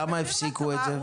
למה הפסיקו את זה?